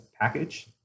package